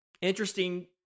interesting